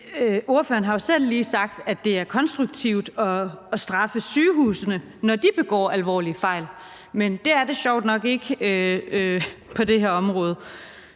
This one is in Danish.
ordføreren har jo selv lige sagt, at det er konstruktivt at straffe sygehusene, når de begår alvorlige fejl, men det er det sjovt nok ikke på det her område.